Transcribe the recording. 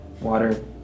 water